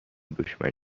دشمن